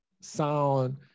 sound